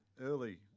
early